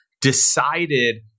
decided